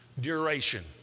duration